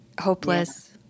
hopeless